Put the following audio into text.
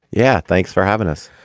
yeah. thanks for having us.